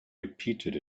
repeated